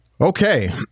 Okay